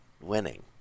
winning